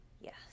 Yes